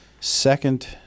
second